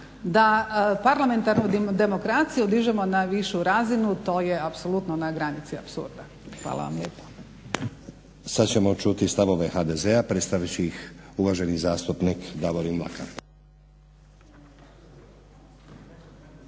da parlamentarnu demokraciju dižemo na višu razinu to je apsolutno na granici apsurda. Hvala vam lijepo. **Stazić, Nenad (SDP)** Sad ćemo čuti stavove HDZ-a. Predstavit će ih uvaženi zastupnik Davorim Mlakar.